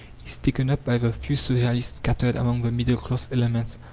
is taken up by the few socialists scattered among the middle class elements,